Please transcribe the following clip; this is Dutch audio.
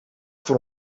van